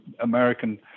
American